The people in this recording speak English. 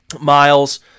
miles